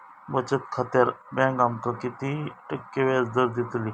बचत खात्यार बँक आमका किती टक्के व्याजदर देतली?